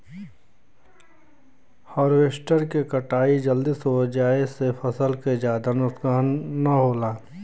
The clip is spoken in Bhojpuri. हारवेस्टर से कटाई जल्दी हो जाये से फसल के जादा नुकसान न होला